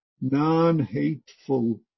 non-hateful